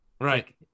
Right